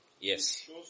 Yes